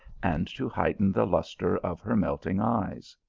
and to heighten the lustre of her melting eyes.